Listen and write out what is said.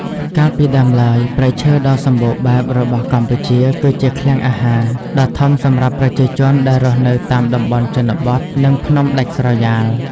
កាលពីដើមឡើយ ព្រៃឈើដ៏សំបូរបែបរបស់កម្ពុជាគឺជា "ឃ្លាំងអាហារ" ដ៏ធំសម្រាប់ប្រជាជនដែលរស់នៅតាមតំបន់ជនបទ និងភ្នំដាច់ស្រយាល។